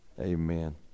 Amen